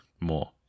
more